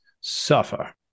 suffer